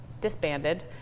disbanded